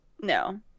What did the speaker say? No